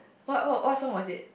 what what what song was it